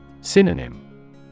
Synonym